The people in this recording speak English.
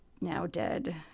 now-dead